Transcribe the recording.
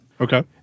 Okay